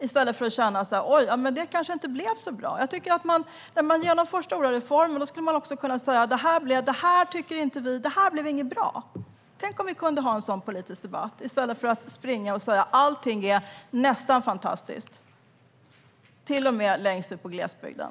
I stället borde ni säga att det här inte blev bra. Tänk om vi kunde ha en sådan politisk debatt i stället för att säga att allting är nästan fantastiskt, till och med längst ute i glesbygden.